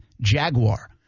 Jaguar